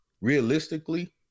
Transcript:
realistically